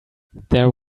there